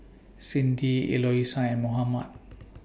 Cindi Eloisa and Mohammad